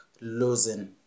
losing